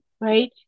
right